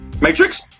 Matrix